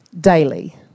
daily